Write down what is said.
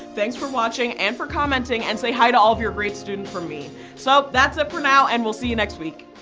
thanks for watching and for commenting and say hi to all of your great students for me! so that's it for now and we'll see you next week!